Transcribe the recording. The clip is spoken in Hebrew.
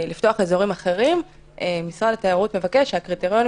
לפתוח אזורים אחרים - משרד התיירות מבקש שהקריטריונים